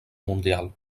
mundial